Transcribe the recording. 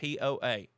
poa